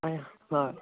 हय